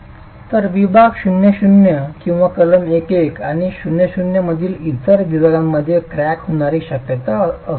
तर विभाग 0 0 किंवा कलम 1 1 आणि 0 0 मधील इतर विभागांमध्ये क्रॅक होण्याची शक्यता असू शकते